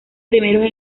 primeros